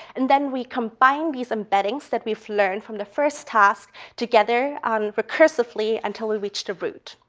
and then we combine these embeddings that we've learned from the first task together recursively until we reach the root.